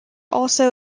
also